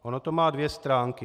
Ono to má dvě stránky.